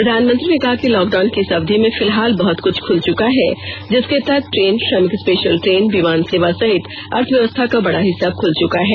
प्रधानमंत्री ने कहा कि लॉकडाउन की इस अविधि में फिलहाल बहुत कुछ खुल चुका है जिसके तहत ट्रेन श्रमिक स्पेषल ट्रेन विमान सेवा सहित अर्थव्यवस्था का बड़ा हिस्सा खुल चका है